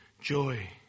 joy